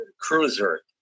cruiser